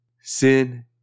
Sin